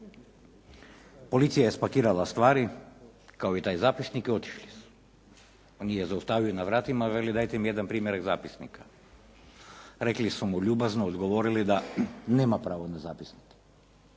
Policija je spakirala stvari kao i taj zapisnik i otišli su. On ih je zaustavio na vratima, veli dajte mi jedan primjerak zapisnika. Rekli su mu ljubazno odgovorili da nema pravo na zapisnik,